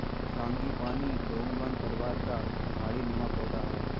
frangipani डोंगवन परिवार का झाड़ी नुमा पौधा है